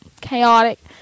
chaotic